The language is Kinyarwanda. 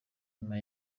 nyuma